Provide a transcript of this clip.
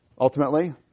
ultimately